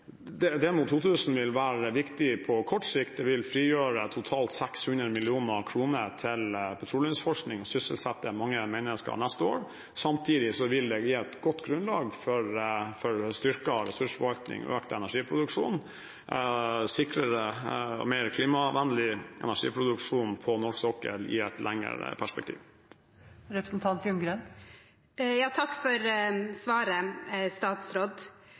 2000 vil være viktig på kort sikt. Det vil frigjøre totalt 600 mill. kr til petroleumsforskning og sysselsette mange mennesker neste år. Samtidig vil det gi et godt grunnlag for styrket ressursforvaltning og økt energiproduksjon og sikrere og mer klimavennlig energiproduksjon på norsk sokkel i et lengre perspektiv. Takk for svaret, statsråd.